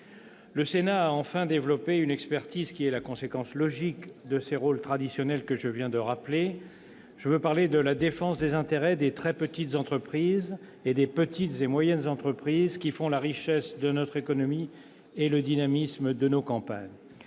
Le Sénat a, enfin, développé une expertise qui est la conséquence logique de ses rôles traditionnels que je viens de rappeler. Je veux parler de la défense des intérêts des très petites entreprises, les TPE, et des petites et moyennes entreprises, les PME, qui font la richesse de notre économie et le dynamisme de nos campagnes.